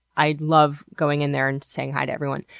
i love going in there and saying hi to everyone.